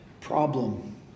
problem